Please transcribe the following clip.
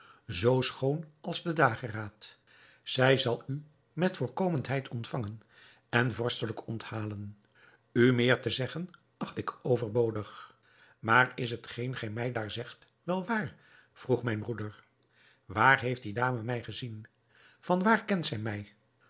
zoo schoon als de dageraad zij zal u met voorkomendheid ontvangen en vorstelijk onthalen u meer te zeggen acht ik overbodig maar is hetgeen gij mij daar zegt wel waar vroeg mijn broeder waar heeft die dame mij gezien van waar kent zij mij